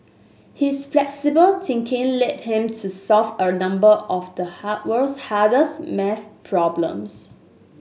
his flexible thinking led him to solve a number of the hard world's hardest maths problems